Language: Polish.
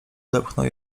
odepchnął